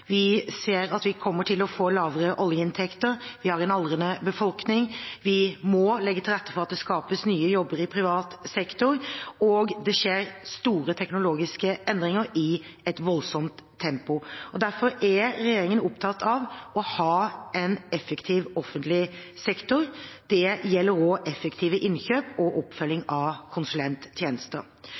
Vi ser at vi kommer til å få lavere oljeinntekter, vi har en aldrende befolkning, vi må legge til rette for at det skapes nye jobber i privat sektor, og det skjer store teknologiske endringer i et voldsomt tempo. Derfor er regjeringen opptatt av å ha en effektiv offentlig sektor. Det gjelder også effektive innkjøp og oppfølging av konsulenttjenester.